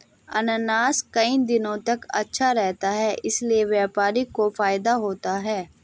अनानास कई दिनों तक अच्छा रहता है इसीलिए व्यापारी को फायदा होता है